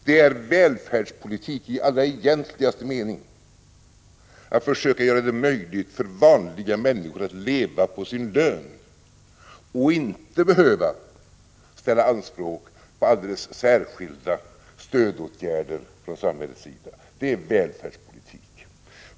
Det är välfärdspolitik i allra egentligaste mening att försöka göra det möjligt för vanliga människor att leva på sin lön och inte behöva ställa anspråk på alldeles särskilda stödåtgärder från samhällets sida.